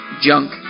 junk